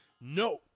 No